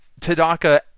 Tadaka